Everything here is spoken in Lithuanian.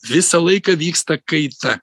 visą laiką vyksta kaita